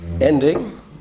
ending